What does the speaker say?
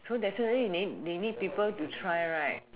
so definitely need they need people to try right